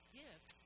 gift